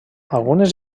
algunes